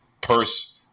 purse